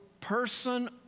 person